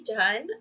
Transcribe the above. done